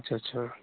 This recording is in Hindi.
अच्छा अच्छा